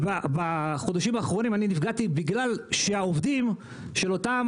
בחודשים האחרונים אני נפגעתי בגלל שהעובדים של אותן